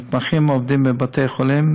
המתמחים עובדים בבתי-החולים,